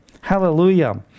Hallelujah